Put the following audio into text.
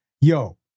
Yo